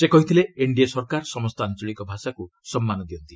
ସେ କହିଥିଲେ ଏନ୍ଡିଏ ସରକାର ସମସ୍ତ ଆଞ୍ଚଳିକ ଭାଷାକ୍ର ସମ୍ମାନ ଦିଅନ୍ତି